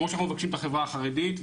כמו שמפרסמים בחברה החרדית,